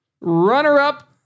runner-up